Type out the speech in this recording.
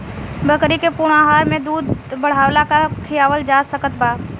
बकरी के पूर्ण आहार में दूध बढ़ावेला का खिआवल जा सकत बा?